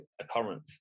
occurrence